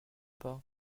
pas